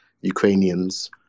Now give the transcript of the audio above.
Ukrainians